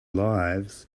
lives